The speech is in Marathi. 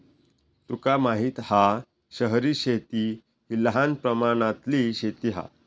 तुका माहित हा शहरी शेती हि लहान प्रमाणातली शेती हा